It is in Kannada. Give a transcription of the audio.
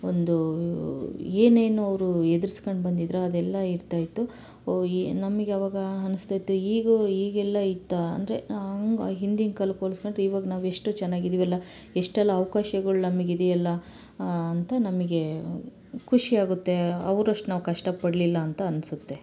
ಒಂದು ಏನೇನೋ ಅವರು ಎದ್ರುಸ್ಕೊಂಡ್ ಬಂದಿದ್ರೋ ಅದೆಲ್ಲ ಇರ್ತಾ ಇತ್ತು ಓ ಇ ನಮ್ಗೆ ಅವಾಗ ಅನ್ನಿಸ್ತಿತ್ತು ಹೀಗೂ ಹೀಗೆಲ್ಲ ಇತ್ತಾ ಅಂದರೆ ಹಿಂದಿನ ಕಾಲಕ್ಕೆ ಹೋಲ್ಸ್ಕೊಂಡ್ರೆ ಇವಾಗ ನಾವು ಎಷ್ಟು ಚೆನ್ನಾಗಿದಿವಲ್ಲ ಎಷ್ಟೆಲ್ಲ ಅವ್ಕಾಶಗಳು ನಮ್ಗೆ ಇದೆಯಲ್ಲ ಅಂತ ನಮಗೆ ಖುಷಿಯಾಗುತ್ತೆ ಅವ್ರಷ್ಟು ನಾವು ಕಷ್ಟ ಪಡಲಿಲ್ಲ ಅಂತ ಅನ್ನಿಸುತ್ತೆ